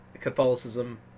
Catholicism